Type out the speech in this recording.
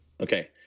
Okay